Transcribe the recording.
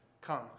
come